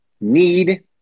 need